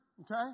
Okay